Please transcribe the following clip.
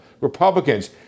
Republicans